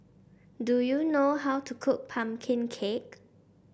do you know how to cook pumpkin cake